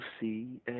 see